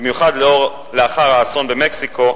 במיוחד לאחר האסון במקסיקו,